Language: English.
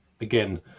again